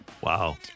Wow